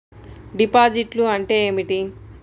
డిపాజిట్లు అంటే ఏమిటి?